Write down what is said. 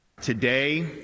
Today